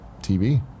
TV